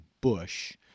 bush